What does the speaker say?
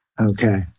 Okay